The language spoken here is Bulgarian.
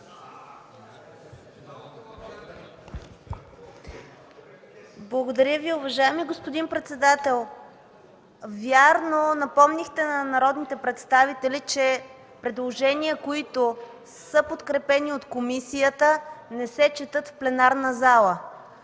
Благодаря Ви, уважаеми господин председател. Вярно, напомнихте на народните представители, че предложения, които са подкрепени от комисията, не се четат в пленарната зала,